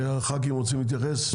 הח"כים רוצים להתייחס.